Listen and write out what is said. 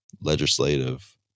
legislative